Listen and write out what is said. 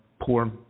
poor